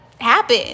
happen